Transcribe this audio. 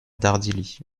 dardilly